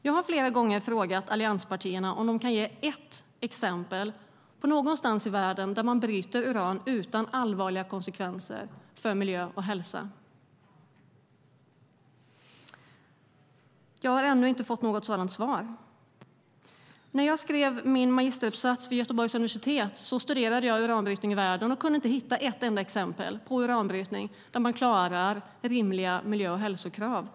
Jag har flera gånger frågat allianspartierna om de kan ge ett enda exempel på uranbrytning i världen som inte haft allvarliga konsekvenser för miljö och hälsa. Jag har ännu inte fått svar på detta. När jag skrev min magisteruppsats vid Göteborgs universitet studerade jag uranbrytning i världen och kunde inte hitta ett enda exempel i världen på uranbrytning som klarar rimliga miljö och hälsokrav.